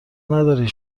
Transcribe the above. نداری